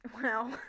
Wow